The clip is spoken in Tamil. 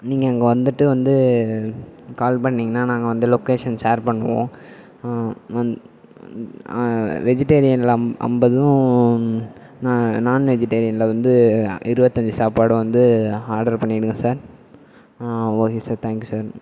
நீங்கள் இங்கே வந்துட்டு வந்து கால் பண்ணீங்கனா நாங்கள் வந்து லொக்கேஷன் ஷேர் பண்ணுவோம் வந் வெஜிடேரியனில் அம் ஐம்பதும் நா நான் வெஜிடேரியனில் வந்து இருபத்தஞ்சு சாப்பாடும் வந்து ஆர்டர் பண்ணிவிடுங்க sir okay sir thank you sir